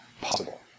possible